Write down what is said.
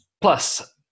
Plus